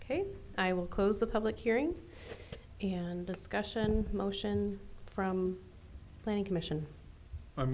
ok i will close the public hearing and discussion motion from planning commission